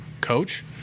coach